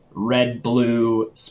red-blue